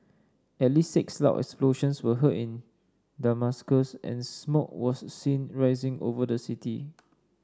at least six loud explosions were heard in Damascus and smoke was seen rising over the city